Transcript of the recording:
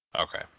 Okay